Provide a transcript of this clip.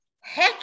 heck